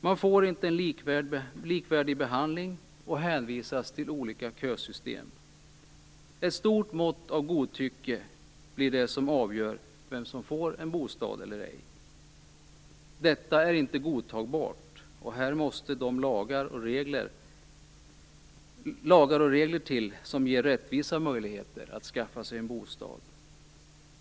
Man får inte en likvärdig behandling och hänvisas till olika kösystem. Ett stort mått av godtycke blir det som avgör vem som får en bostad eller ej. Detta är inte godtagbart, och här måste de lagar och regler till som ger rättvisa möjligheter att skaffa en bostad.